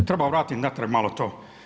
Treba vratiti natrag malo to.